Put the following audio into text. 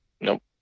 Nope